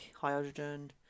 hydrogen